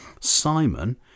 Simon